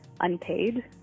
unpaid